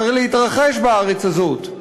צריך להתרחש בארץ הזאת,